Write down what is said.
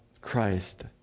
Christ